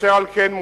אשר על כן,